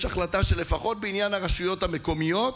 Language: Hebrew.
החלטה שלפחות בעניין הרשויות המקומיות,